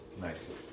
nice